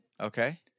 okay